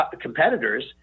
competitors